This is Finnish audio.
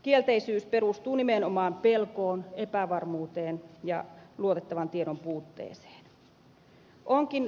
kielteisyys perustuu nimenomaan pelkoon epävarmuuteen ja luotettavan tiedon puutteeseen